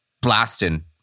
blasting